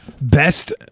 Best